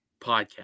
podcast